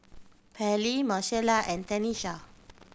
Pearley Marcella and Tenisha